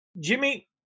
Jimmy